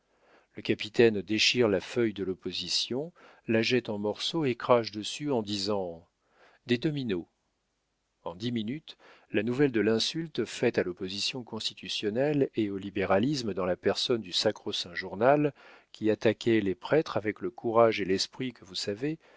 le capitaine déchire la feuille de l'opposition la jette en morceaux et crache dessus en disant des dominos en dix minutes la nouvelle de l'insulte faite à l'opposition constitutionnelle et au libéralisme dans la personne du sacro saint journal qui attaquait les prêtres avec le courage et l'esprit que vous savez